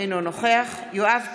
אינו נוכח יואב קיש,